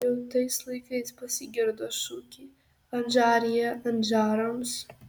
jau tais laikais pasigirdo šūkiai adžarija adžarams